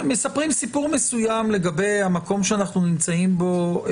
אני כן אומר שהיו מספר תיקים שההליך בוטל בטענה שהמתווה של חלק